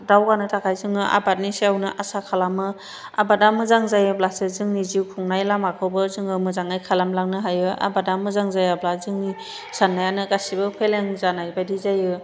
दावगानो थाखाय जोङो आबादनि सायावनो आसा खालामो आबादा मोजां जायोब्लासो जोंनि जिउ खुंनाय लामाखौबो जोङो मोजाङै खालामलांनो हायो आबादा मोजां जायाब्ला जोंनि साननायानो गासैबो फेलें जानाय बायदि जायो